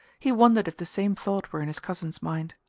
he wondered if the same thought were in his cousin's mind.